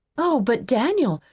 oh, but daniel,